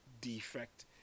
defect